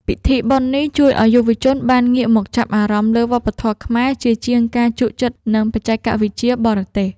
ពិធីបុណ្យនេះជួយឱ្យយុវជនបានងាកមកចាប់អារម្មណ៍លើវប្បធម៌ខ្មែរ ជាជាងការជក់ចិត្តនឹងបច្ចេកវិទ្យាបរទេស។